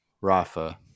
Rafa